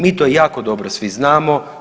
Mi to jako dobro svi znamo.